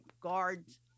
guards